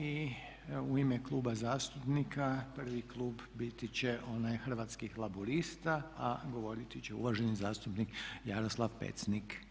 I u ime kluba zastupnika prvi klub biti će onaj Hrvatskih laburista, a govoriti će uvaženi zastupnik Jaroslav Pecnik.